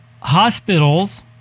hospitals